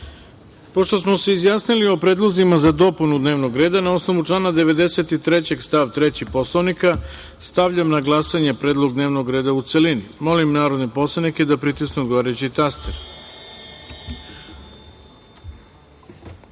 smo se izjasnili o predlozima za dopunu dnevnog reda, na osnovu člana 93. stav 3. Poslovnika, stavljam na glasanje Predlog dnevnog reda u celini. Molim narodne poslanike da pritisnu odgovarajući